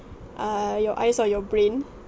err your eyes or your brain